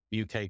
UK